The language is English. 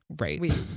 Right